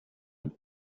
and